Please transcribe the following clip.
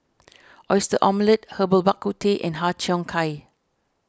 Oyster Omelette Herbal Bak Ku Teh and Har Cheong Gai